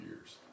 years